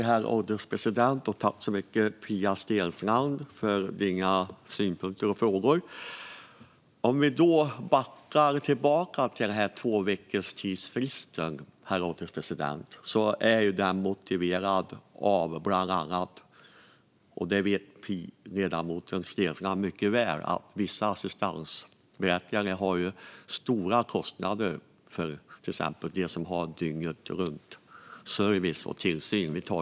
Herr ålderspresident! Jag tackar Pia Steensland för hennes synpunkter och frågor. Låt mig backa tillbaka till frågan om tvåveckorsfristen. Den är motiverad av - det vet ledamoten Steensland mycket väl - att vissa assistansverkare har stora kostnader för dem som har dygnetruntservice och dygnetrunttillsyn.